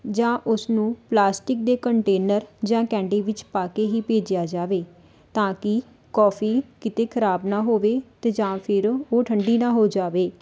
ਜਾਂ ਉਸਨੂੰ ਪਲਾਸਟਿਕ ਦੇ ਕੰਟੇਨਰ ਜਾਂ ਕੈਂਡੀ ਵਿੱਚ ਪਾ ਕੇ ਹੀ ਭੇਜਿਆ ਜਾਵੇ ਤਾਂ ਕਿ ਕੌਫੀ ਕਿਤੇ ਖ਼ਰਾਬ ਨਾ ਹੋਵੇ ਅਤੇ ਜਾਂ ਫਿਰ ਉਹ ਠੰਡੀ ਨਾ ਹੋ ਜਾਵੇ